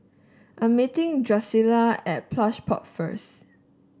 I'm meeting Drucilla at Plush Pods first